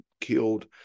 killed